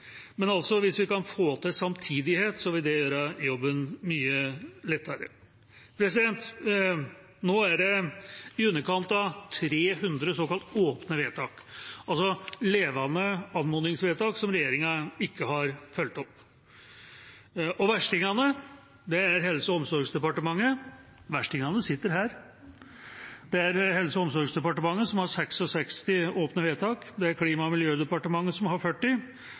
Men hvis vi altså kan få til samtidighet, vil det gjøre jobben mye lettere. Nå er det i underkant av 300 såkalte åpne vedtak, altså levende anmodningsvedtak som regjeringa ikke har fulgt opp. Verstingene – verstingene sitter her – er Helse- og omsorgsdepartementet, som har 66 åpne vedtak, det er Klima- og miljødepartementet, som har 40,